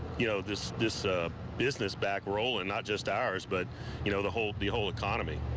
you know this this a business back role and not just ours but you know the whole the whole economy.